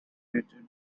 curated